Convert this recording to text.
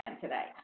today